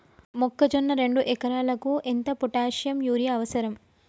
మొక్కజొన్న రెండు ఎకరాలకు ఎంత పొటాషియం యూరియా అవసరం?